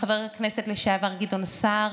לחבר הכנסת לשעבר גדעון סער